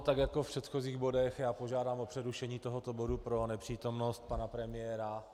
Tak jako v předchozích bodech požádám o přerušení tohoto bodu pro nepřítomnost pana premiéra.